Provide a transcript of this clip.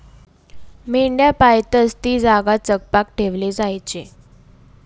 मेंढ्या पायतस ती जागा चकपाक ठेवाले जोयजे